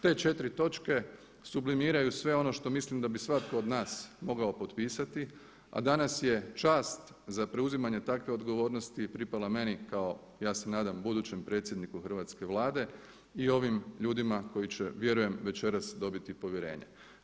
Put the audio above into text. Te četiri točke sublimiraju sve ono što mislim da bi svatko od nas mogao potpisati a danas je čast za preuzimanje takve odgovornosti pripala meni kao ja se nadam budućem predsjedniku Hrvatske vlade i ovim ljudima koji će vjerujem večeras dobiti povjerenje.